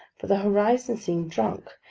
for the horizon seemed drunk,